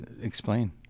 Explain